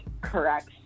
correct